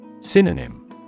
Synonym